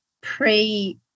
pre